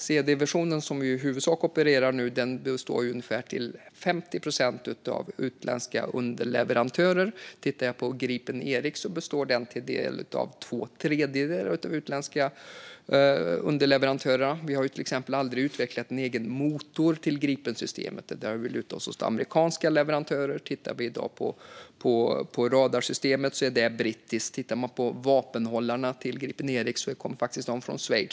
C/D-versionen, som vi i huvudsak opererar nu, har ungefär 50 procent utländska underleverantörer, och Gripen E har ungefär två tredjedelar utländska underleverantörer. Vi har till exempel aldrig utvecklat en egen motor till Gripensystemet, utan där har vi lutat oss mot amerikanska leverantörer. Radarsystemet är i dag brittiskt, och vapenhållarna till Gripen E kommer från Schweiz.